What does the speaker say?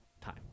time